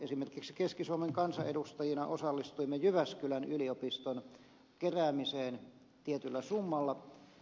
esimerkiksi keski suomen kansanedustajina osallistuimme jyväskylän yliopiston keräykseen tietyllä summalla